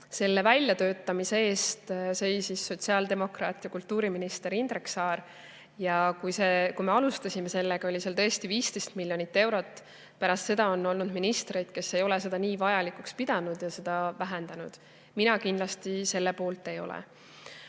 Selle väljatöötamise eest seisis sotsiaaldemokraat ja kultuuriminister Indrek Saar. Ja kui me alustasime sellega, oli seal 15 miljonit eurot. Pärast seda on olnud ministreid, kes ei ole seda nii vajalikuks pidanud ja on seda vähendanud. Mina kindlasti selle poolt ei ole.